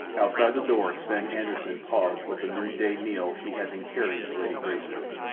outside the door sven anderssen paused with the noonday meal he had been carrying to lady greystoke.